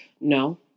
No